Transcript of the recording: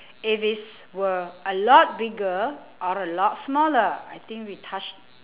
if is were a lot bigger or a lot smaller I think we touched